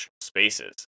spaces